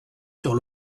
sur